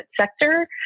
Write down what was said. sector